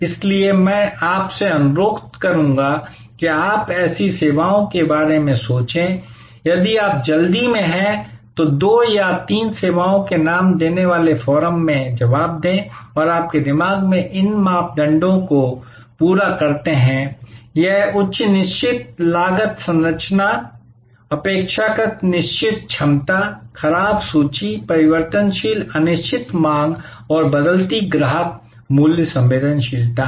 इसलिए मैं आपसे अनुरोध करूंगा कि आप ऐसी सेवाओं के बारे में सोचें और यदि आप जल्दी हैं तो दो या तीन सेवाओं के नाम देने वाले फोरम में जवाब दें जो आपके दिमाग में इन मानदंडों को पूरा करते हैं यह उच्च निश्चित लागत संरचना अपेक्षाकृत निश्चित क्षमता खराब सूची परिवर्तनशील अनिश्चित मांग और बदलती ग्राहक मूल्य संवेदनशीलता है